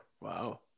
Wow